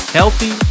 healthy